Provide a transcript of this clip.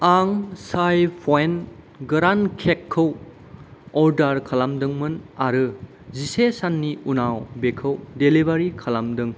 आं चाय पइन्ट गोरान केकखौ अर्डार खालामदोंमोन आरो जिसे साननि उनाव बेखौ डेलिभारि खालामदों